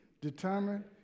determined